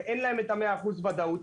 ואין להם את ה-100% ודאות.